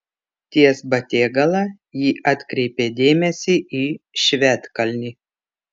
ties batėgala ji atkreipė dėmesį į švedkalnį